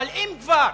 אבל אם כבר